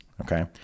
Okay